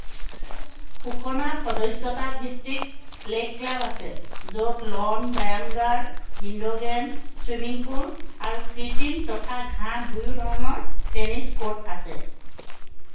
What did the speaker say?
সুখনাত সদস্যতা ভিত্তিক lake club আছে য'ত লন ব্যায়ামাগাৰ ইনড'ৰ গে'ম ছুইমিং পুল আৰু কৃত্ৰিম তথা ঘাঁহ দুয়ো ধৰণৰ টেনিছ ক'ৰ্ট আছে